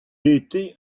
était